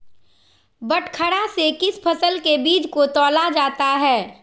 बटखरा से किस फसल के बीज को तौला जाता है?